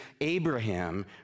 Abraham